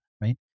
right